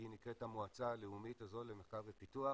היא נקראת המועצה הלאומית למחקר ופיתוח,